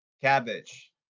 Cabbage